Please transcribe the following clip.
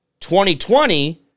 2020